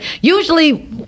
usually